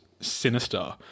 sinister